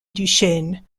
duchesne